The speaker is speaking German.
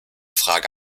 frage